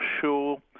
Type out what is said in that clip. sure